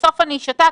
בסוף אני שתקתי,